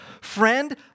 friend